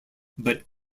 but